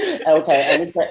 Okay